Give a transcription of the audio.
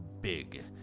big